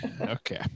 Okay